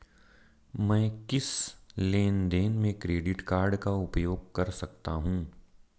मैं किस लेनदेन में क्रेडिट कार्ड का उपयोग कर सकता हूं?